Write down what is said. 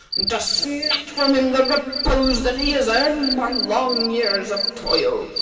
and to snatch from him the repose that he has earned by long years of toil.